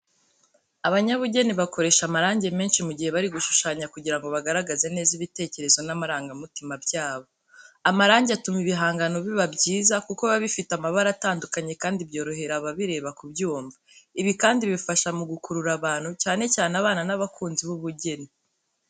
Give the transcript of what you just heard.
Abanyabugeni bakoresha amarangi menshi mu gihe bari gushushanya kugira ngo bagaragaze neza ibitekerezo n'amarangamutima byabo. Amarangi atuma ibihangano biba byiza, kuko biba bifite amabara atandukanye kandi byorohera ababireba kubyumva. Ibi kandi bifasha mu gukurura abantu, cyane cyane abana n'abakunzi b'ubugeni,